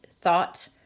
thought